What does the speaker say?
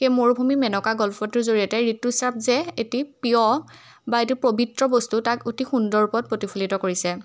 সেই মৰুভূমি মেনকা গল্পটোৰ জৰিয়তে ঋতুস্ৰাৱ যে এটি পিয়'ৰ বা এটি পৱিত্ৰ বস্তু তাক অতি সুন্দৰ ওপৰত প্ৰতিফলিত কৰিছে